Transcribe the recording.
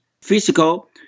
physical